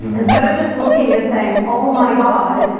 instead of just looking and saying, oh, my god,